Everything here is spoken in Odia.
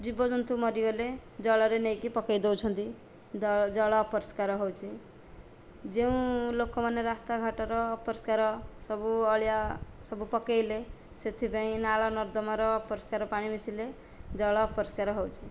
ଜୀବଜନ୍ତୁ ମରିଗଲେ ଜଳରେ ନେଇ କି ପକାଇ ଦେଉଛନ୍ତି ଦଳ ଜଳ ଅପରିଷ୍କାର ହେଉଛି ଯେଉଁ ଲୋକ ମାନେ ରାସ୍ତା ଘାଟର ଅପରିଷ୍କାର ସବୁ ଅଳିଆ ସବୁ ପକାଇଲେ ସେଥିପାଇଁ ନାଳ ନର୍ଦ୍ଦମାର ଅପରିଷ୍କାର ପାଣି ମିଶିଲେ ଜଳ ଅପରିଷ୍କାର ହେଉଛି